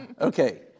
Okay